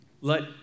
Let